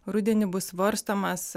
rudenį bus svarstomas